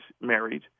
married